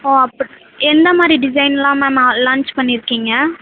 ஓ அப்புட் எந்த மாதிரி டிசைன்லாம் மேம் லான்ச் பண்ணியிருக்கீங்க